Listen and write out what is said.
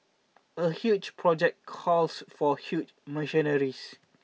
a huge project calls for huge machineries